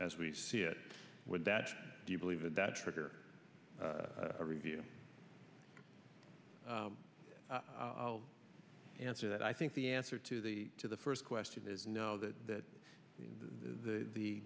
as we see it would that do you believe that trigger a review i'll answer that i think the answer to the to the first question is no that that the